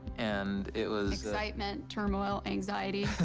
and it was. excitement, turmoil, anxiety.